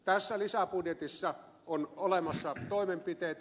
tässä lisäbudjetissa on olemassa toimenpiteitä